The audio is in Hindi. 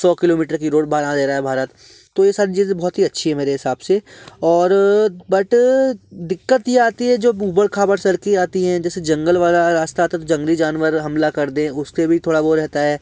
सौ किलोमीटर की रोड बना दे रहा है भारत ये सारी चीज़ें बहुत ही अच्छी हैं मेरे हिसाब से और बट दिक़्क़त ये आती है जब ऊबड़ खाबड़ सड़कें आती हैं जैसे जंगल वाला रास्ता आता है तो जंगली जानवर हमला कर दें उसके भी थोड़ा वो रहता है